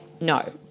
no